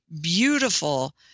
beautiful